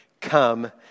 Come